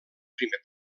primer